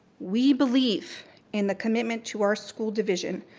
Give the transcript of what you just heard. we believe in the commitment to our school division,